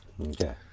okay